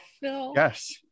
yes